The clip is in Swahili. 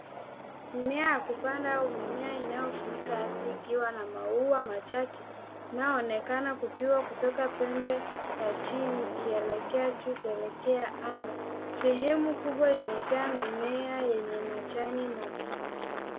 Mimea ya kupanda au mimea inayofunika ardhi ikiwa na maua machache inayoonekana kupigwa kutoka pembe ya chini ikielekea juu kuelekea anga. Sehemu kubwa imejaa mimea yenye majani mabichi.